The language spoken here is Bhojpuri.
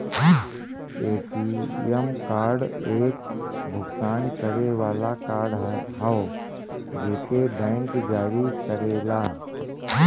ए.टी.एम कार्ड एक भुगतान करे वाला कार्ड हौ जेके बैंक जारी करेला